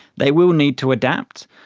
they will need to adapt,